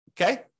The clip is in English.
okay